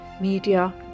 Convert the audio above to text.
media